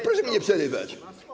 Proszę mi nie przerywać.